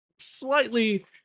slightly